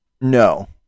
No